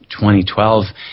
2012